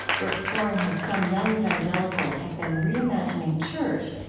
we're exploring how some young evangelicals have been reimagining church,